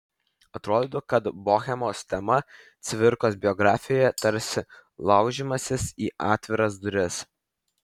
atrodytų kad bohemos tema cvirkos biografijoje tarsi laužimasis į atviras duris